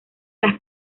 las